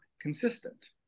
consistent